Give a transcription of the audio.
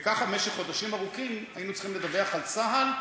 וככה במשך חודשים ארוכים היינו צריכים לדווח על צה"ל,